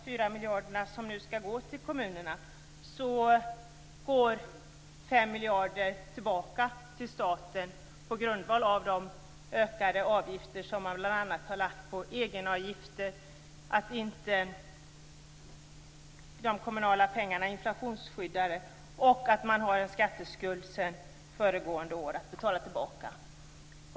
fyra miljarder skall nu gå till kommunerna, men fem miljarder går tillbaka till staten på grund av ökade avgifter till följd av bl.a. egenavgifterna. Vidare är de kommunala pengarna inte inflationsskyddade. Dessutom har man en skatteskuld från föregående år att betala tillbaka.